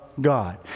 god